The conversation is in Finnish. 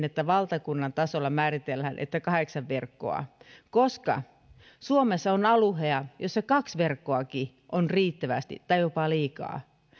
että valtakunnan tasolla määritellään kahdeksan verkkoa koska suomessa on alueita joilla kaksi verkkoakin on riittävästi tai jopa liikaa